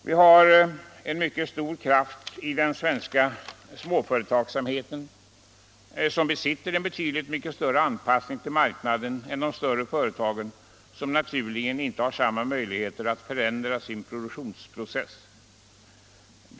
Vi har en mycket stor tillgång i den svenska småföretagsamheten; denna har en betydligt större anpassningsförmåga till marknaden än de större företagen, som helt naturligt inte har samma möjligheter att förändra sin produktionsprocess.